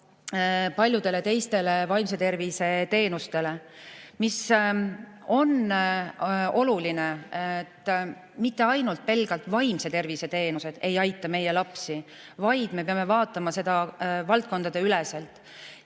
paljudele teistele vaimse tervise teenustele. Oluline on see, et mitte pelgalt vaimse tervise teenused ei aita meie lapsi, vaid me peame vaatama seda valdkondadeüleselt.